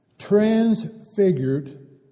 transfigured